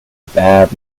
bad